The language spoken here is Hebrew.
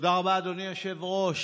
תודה רבה, אדוני היושב-ראש.